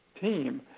team